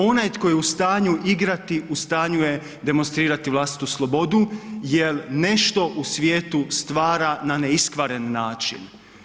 Onaj tko je u stanju igrati, u stanju je demonstrirati vlastitu slobodu jer nešto u svijetu stvara na neiskvaren način.